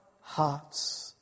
hearts